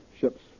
ships